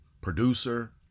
producer